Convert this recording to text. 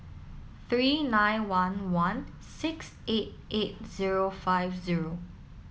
three nine one one six eight eight zero five zero